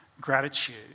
gratitude